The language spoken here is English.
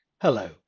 Hello